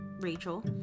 Rachel